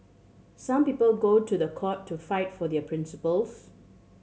some people go to the court to fight for their principles